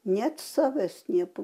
net savęs nepa